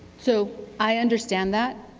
so i understand that.